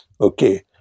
Okay